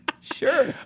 Sure